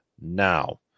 now